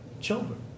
children